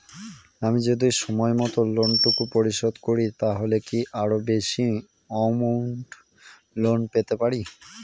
আমি যদি সময় মত লোন টুকু পরিশোধ করি তাহলে কি আরো বেশি আমৌন্ট লোন পেতে পাড়ি?